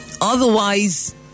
Otherwise